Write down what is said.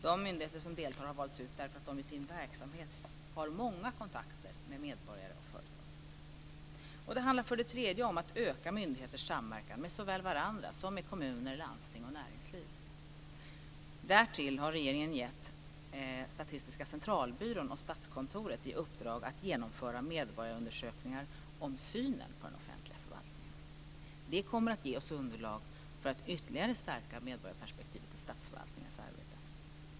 De myndigheter som deltar har valts ut därför att de i sin verksamhet har många kontakter med medborgare och företag. Det handlar för det tredje om att öka myndigheters samverkan med såväl varandra som med kommuner, landsting och näringsliv. Därtill har regeringen gett Statistiska centralbyrån och Statskontoret i uppdrag att genomföra medborgarundersökningar om synen på den offentliga förvaltningen. Det kommer att ge oss underlag för att ytterligare stärka medborgarperspektivet i statsförvaltningens arbete.